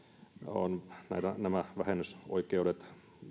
ovat nämä vähennysoikeudet